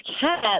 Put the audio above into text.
cat